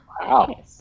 Wow